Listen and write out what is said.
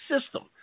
system